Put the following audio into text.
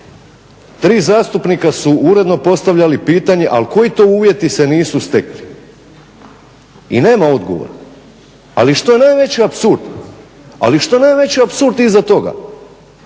tri zastupnika su uredno postavljali pitanje ali koji to uvjeti se nisu stekli. I nema odgovora. Ali što je najveći apsurd iza toga